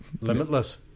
Limitless